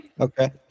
Okay